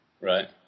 Right